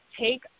take